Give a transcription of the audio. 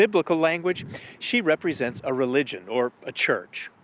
biblical language she represents a religion, or a church.